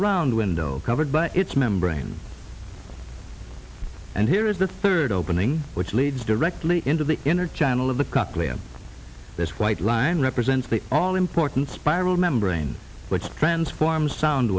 window covered by its membrane and here is the third opening which leads directly into the inner channel of the cochlea this white line represents the all important spiral membrane which transforms sound